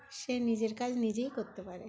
সে নিজের কাজ নিজেই করতে পারে